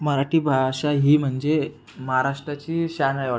मराठी भाषा ही म्हणजे महाराष्ट्राची शान आहे वाटतं